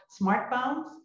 smartphones